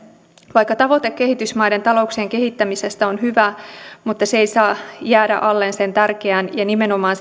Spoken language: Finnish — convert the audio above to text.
vaikka tavoite kehitysmaiden talouksien kehittämisestä on hyvä se ei saa jättää alleen nimenomaan